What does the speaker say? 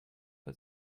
but